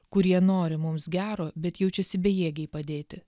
kurie nori mums gero bet jaučiasi bejėgiai padėti